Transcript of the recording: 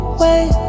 wait